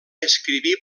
escriví